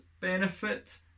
benefit